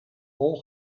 hol